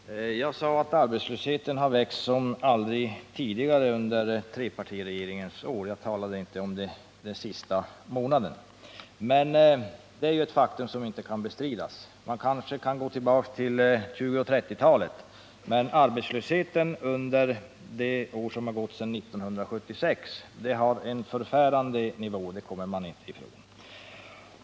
Herr talman! Jag sade att arbetslösheten har växt som aldrig tidigare under trepartiregeringens år — jag talade inte om den senaste månaden. Att så har skett är ett faktum som inte kan bestridas. Man kanske kan gå tillbaks till 1920 eller 1930-talet för en motsvarande jämförelse, men att arbetslösheten under de år som har gått sedan 1976 har nått en förfärande nivå kommer man inte från.